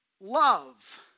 love